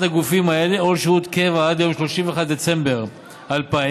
מהגופים האלה או לשירות קבע עד ליום 31 בדצמבר 2000,